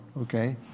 okay